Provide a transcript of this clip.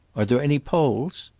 are there any poles?